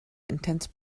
intense